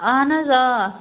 اہن حظ آ